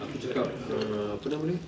aku cakap err apa nama dia